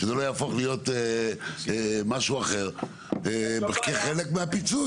שזה לא יהפוך להיות משהו אחר כחלק מהפיצוי,